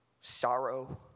sorrow